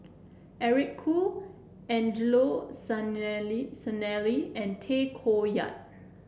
Eric Khoo Angelo Sanelli Sanelli and Tay Koh Yat